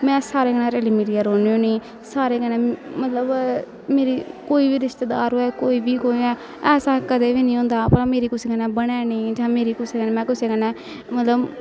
में सारे कन्ने रली मिलियै रौह्नी होन्नी सारें कन्नै मतलब मेरी कोई बी रिश्तेदार होऐ कोई बी कोई होऐ ऐसा कदें बी निं होंदा भला मेरी कुसै कन्नै बने नेईं जां मेरी कुसै कन्नै में कुसै कन्नै मतलब